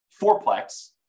fourplex